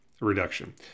reduction